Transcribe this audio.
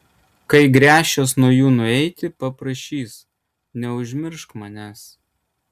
kai gręšies nuo jų nueiti paprašys neužmiršk manęs